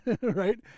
right